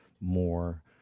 more